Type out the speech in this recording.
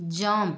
jump